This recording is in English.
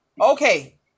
Okay